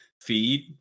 feed